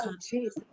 Jesus